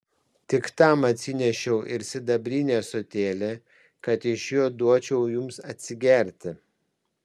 tik tam atsinešiau ir sidabrinį ąsotėlį kad iš jo duočiau jums atsigerti